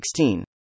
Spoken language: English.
16